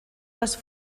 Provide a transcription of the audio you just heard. les